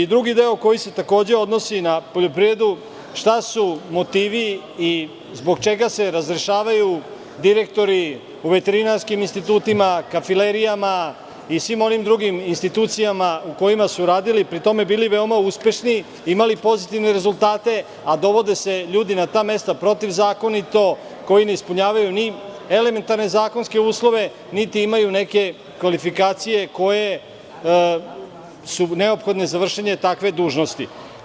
Drugi deo, koji se takođe odnosi na poljoprivredu – šta su motivi i zbog čega se razrešavaju direktori u veterinarskim institutima, kafilerijama i svim onim drugim institucijama u kojima su radili i, pri tome, bili veoma uspešni, imali pozitivne rezultate, a dovode se ljudi na ta mesta protivzakonito koji ne ispunjavaju ni elementarne zakonske uslove, niti imaju neke kvalifikacije koje su neophodne za vršenje takve dužnosti?